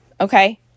okay